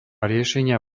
riešenia